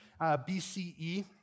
BCE